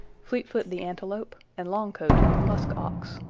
fleetfoot the antelope, and longcoat the musk ox.